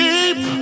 Deep